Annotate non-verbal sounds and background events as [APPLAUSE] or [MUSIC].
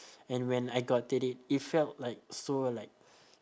[BREATH] and when I gotten it it felt like so like